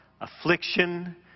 affliction